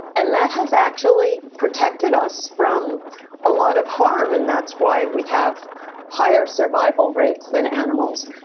and that has actually protected us from a lot of harm and that's why we have higher survival rates than animals.